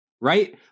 right